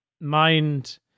mind